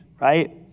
right